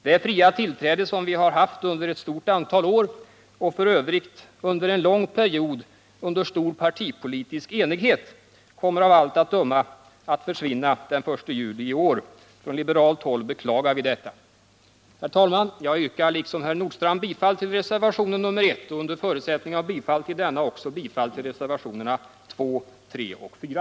Det fria tillträde som vi har haft under ett stort antal år — och f. ö. under en lång period av stor partipolitisk enighet — kommer av allt att döma att försvinna den 1 juli i år. Från liberalt håll beklagar vi detta. Herr talman! Jag yrkar liksom herr Nordstrandh bifall till reservationen 1 och under förutsättning av bifall till denna också bifall till reservationerna 2, 3 och 4.